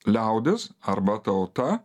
liaudis arba tauta